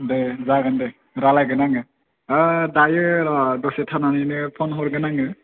दे जागोन दे रायज्लायगोन आङो दायो र' दसे थानानैनो फन हरगोन आङो